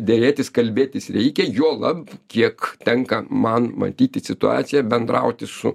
derėtis kalbėtis reikia juolab kiek tenka man matyti situaciją bendrauti su